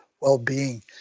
well-being